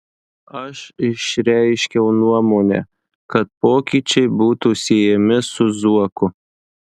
aš išreiškiau nuomonę kad pokyčiai būtų siejami su zuoku